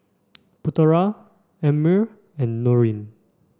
Putera Ammir and Nurin